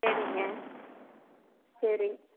சரிங்க சரி